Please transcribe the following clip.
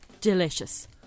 delicious